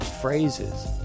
phrases